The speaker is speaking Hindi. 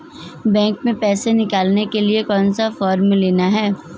बैंक में पैसा निकालने के लिए कौन सा फॉर्म लेना है?